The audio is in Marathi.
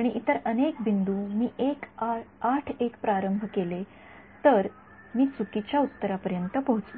आणि इतर अनेक बिंदू मी ८१ प्रारंभ केले तर मी चुकीच्या उत्तरापर्यंत पोचतो